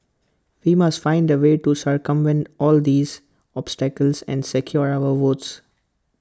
we must find A way to circumvent all these obstacles and secure our votes